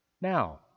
Now